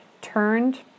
turned